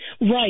Right